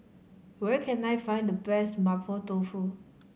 where can I find the best Mapo Tofu